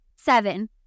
seven